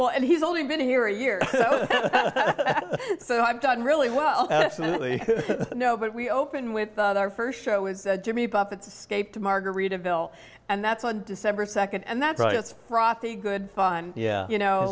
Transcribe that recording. well and he's only been here a year so i've done really well no but we opened with our first show was jimmy buffett scaped margaritaville and that's on december second and that's why it's frothy good fun yeah you know